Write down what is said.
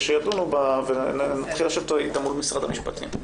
שידונו בה ונתחיל לשבת איתה מול משרד המשפטים.